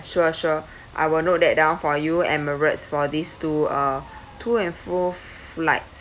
sure sure I will note that down for you emirates for these two uh to and fro flights